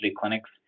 clinics